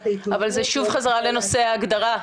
אבל זה שוב חזרה לנושא ההגדרה.